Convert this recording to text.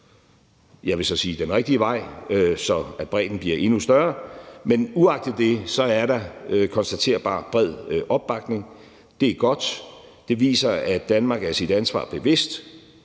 jeg vil så sige den rigtige vej, så bredden bliver endnu større; men uagtet det, er der konstaterbar bred opbakning. Det er godt, for det viser, at Danmark er sit ansvar bevidst,